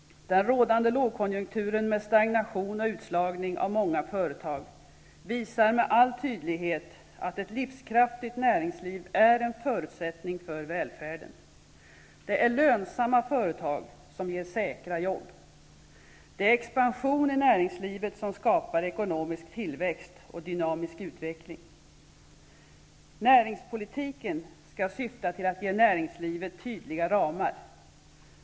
Den rådande lågkonjunkturen med stagnation och utslagning av många företag visar med all tydlighet att ett livskraftigt näringsliv är en förutsättning för välfärden. Det är lönsamma företag som ger säkra jobb. Det är expansion i näringslivet som skapar ekonomisk tillväxt och dynamisk utveckling. Näringspolitiken skall syfta till att ge näringslivet tydliga ramar.